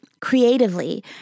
creatively